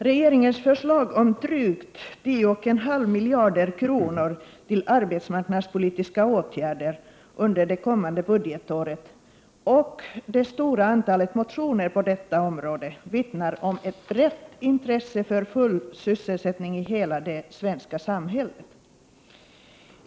Regeringens förslag om drygt 10,5 miljarder kronor till arbetsmarknadspolitiska åtgärder under det kommande budgetåret och det stora antalet motioner på detta område vittnar om ett brett intresse för full sysselsättning i hela det svenska samhället.